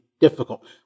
difficult